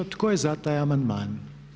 Tko je za taj amandman?